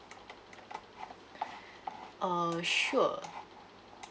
err sure